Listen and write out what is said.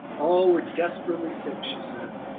all were desperately sick, she said.